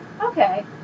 okay